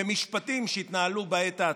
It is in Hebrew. במשפטים שהתנהלו בעת העתיקה.